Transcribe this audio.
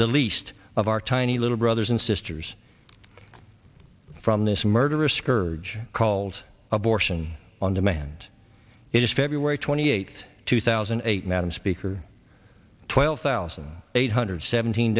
the least of our tiny little brothers and sisters from this murderous scourge called abortion on demand it is february twenty eighth two thousand and eight madam speaker twelve thousand eight hundred seventeen